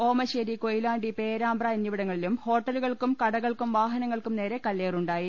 ഓമശേരി കൊയിലാണ്ടി പേരാമ്പ്ര എന്നിവിടങ്ങ ളിലും ഹോട്ടലുകൾക്കും കടകൾക്കും വാഹനങ്ങൾക്കും നേരെ കല്ലേറു ണ്ടായി